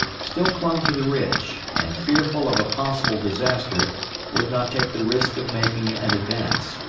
still clung to the ridge, and fearful of a possible disaster would not take the risk of making an advance.